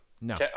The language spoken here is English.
No